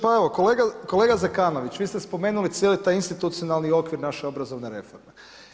Pa evo kolega Zekanović vi ste spomenuli cijeli taj institucionalni okvir naše obrazovne reforme.